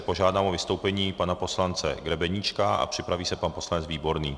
Požádám o vystoupení pana poslance Grebeníčka a připraví se pan poslanec Výborný.